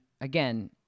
again